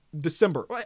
December